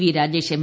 V Rajesh M